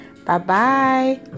Bye-bye